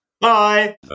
Bye